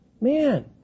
man